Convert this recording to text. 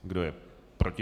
Kdo je proti?